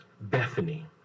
Bethany